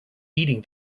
eating